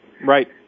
Right